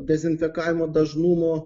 dezinfekavimo dažnumo